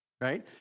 right